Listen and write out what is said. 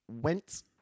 Went